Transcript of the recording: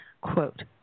quote